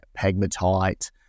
pegmatite